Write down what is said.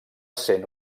sent